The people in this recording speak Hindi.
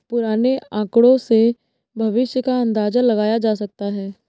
पुराने आकड़ों से भविष्य का अंदाजा लगाया जा सकता है